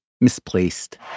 misplaced